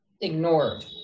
ignored